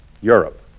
Europe